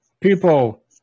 people